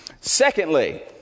Secondly